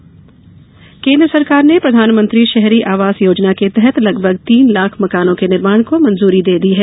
शहरी आवास केन्द्र सरकार ने प्रधानमंत्री शहरी आवास योजना के तहत लगभग तीन लाख मकानों के निर्माण को मंजूरी दे दी है